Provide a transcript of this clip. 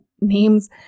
names